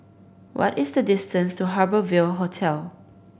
what is the distance to Harbour Ville Hotel